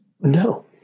No